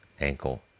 ankle